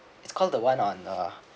it's called the one on uh